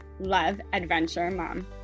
loveadventuremom